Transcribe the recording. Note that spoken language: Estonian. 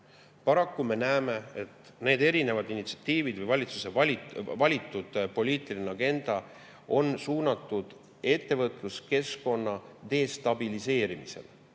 Paraku me näeme, et erinevad initsiatiivid või valitsuse valitud poliitiline agenda on suunatud ettevõtluskeskkonna destabiliseerimisele.